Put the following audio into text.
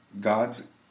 God's